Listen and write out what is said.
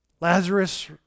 Lazarus